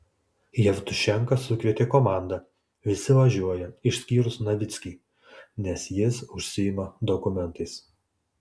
jevtušenka sukvietė komandą visi važiuoja išskyrus novickį nes jis užsiima dokumentais